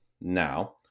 now